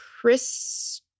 Chris